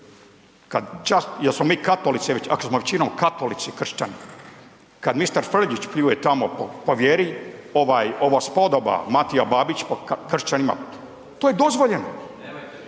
Kad, jesmo mi katolici već, ako smo većinom katolici, kršćani, kad mistar Frljić pljuje tamo po vjeri ovaj ova spodoba Matija Babić po kršćanima, to je dozvoljeno…/Upadica